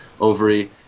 ovary